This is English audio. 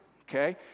okay